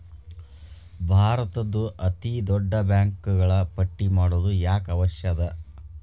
ಭಾರತದ್ದು ಅತೇ ದೊಡ್ಡ ಬ್ಯಾಂಕುಗಳ ಪಟ್ಟಿ ಮಾಡೊದು ಯಾಕ್ ಅವಶ್ಯ ಅದ?